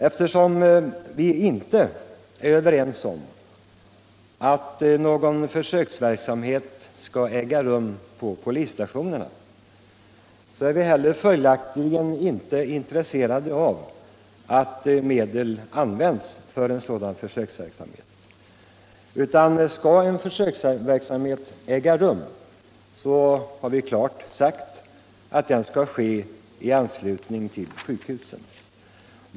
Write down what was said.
Eftersom vi inte är överens med dem som avgivit reservationen 2 om att försöksverksamhet skall äga rum på polisstationerna, så är vi inte heller intresserade av att medel används för en sådan försöksverksamhet. Skall en försöksverksamhet äga rum skall den — det har vi klart sagt — ske i anslutning till sjukhusen.